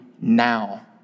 now